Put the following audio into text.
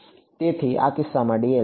તેથી આ કિસ્સામાં dl છે